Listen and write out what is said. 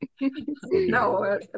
No